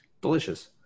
Delicious